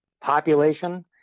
population